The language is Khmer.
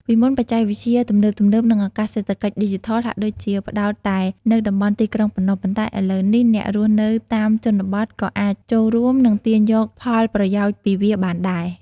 ពីមុនបច្ចេកវិទ្យាទំនើបៗ និងឱកាសសេដ្ឋកិច្ចឌីជីថលហាក់ដូចជាផ្តោតតែនៅតំបន់ទីក្រុងប៉ុណ្ណោះ ប៉ុន្តែឥឡូវនេះ អ្នករស់នៅតាមជនបទក៏អាចចូលរួម និងទាញយកផលប្រយោជន៍ពីវាបានដែរ។។